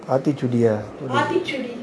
Aathichudi ah Aathichudi